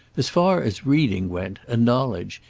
as far as reading went, and knowledge,